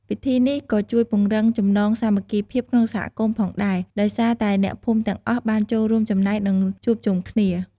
ពិធីនេះក៏ជួយពង្រឹងចំណងសាមគ្គីភាពក្នុងសហគមន៍ផងដែរ ដោយសារតែអ្នកភូមិទាំងអស់បានចូលរួមចំណែក និងជួបជុំគ្នា។